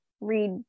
read